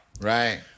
Right